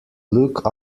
look